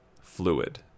Fluid